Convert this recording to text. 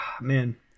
Man